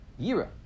Yira